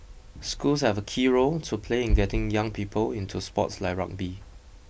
schools have a key role to play in getting young people into sports like rugby